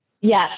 Yes